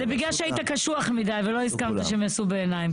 זה בגלל שהיית קשוח מידי ולא הסכמת שהם יעשו בעיניים,